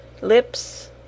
lips